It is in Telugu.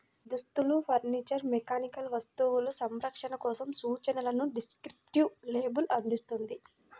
దుస్తులు, ఫర్నీచర్, మెకానికల్ వస్తువులు, సంరక్షణ కోసం సూచనలను డిస్క్రిప్టివ్ లేబుల్ అందిస్తుంది